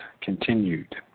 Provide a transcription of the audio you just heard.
continued